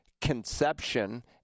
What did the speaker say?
conception